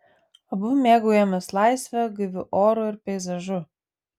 abu mėgaujamės laisve gaiviu oru ir peizažu